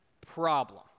problem